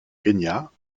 kenya